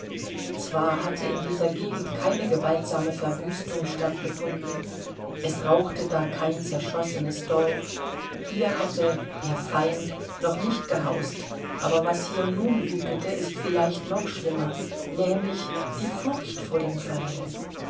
zwar hatte in dieser gegend keine gewaltsame verwüstung stattgefunden es rauchte da kein zerschossenes dorf hier hatte der feind noch nicht gehaust aber was hier nun wütete ist vielleicht noch schlimmer nämlich die furcht vor dem feinde